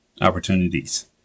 opportunities